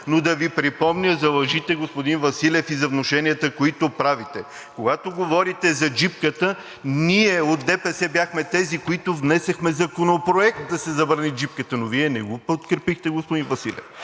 Да Ви припомня за лъжите, господин Василев, и внушенията, които правите. Когато говорите за джипката, ние от ДПС бяхме тези, които внесохме законопроект, за да се забрани джипката, но Вие не го подкрепихте, господин Василев.